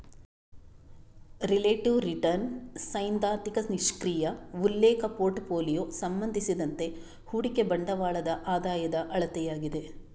relative return ಸೈದ್ಧಾಂತಿಕ ನಿಷ್ಕ್ರಿಯ ಉಲ್ಲೇಖ ಪೋರ್ಟ್ ಫೋಲಿಯೊ ಸಂಬಂಧಿಸಿದಂತೆ ಹೂಡಿಕೆ ಬಂಡವಾಳದ ಆದಾಯದ ಅಳತೆಯಾಗಿದೆ